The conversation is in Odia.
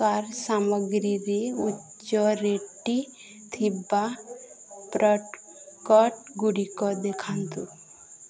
କାର୍ ସାମଗ୍ରୀରେ ଉଚ୍ଚ ରେଟିଂ ଥିବା ପ୍ରଡ଼କ୍ଟ୍ଗୁଡ଼ିକ ଦେଖାନ୍ତୁ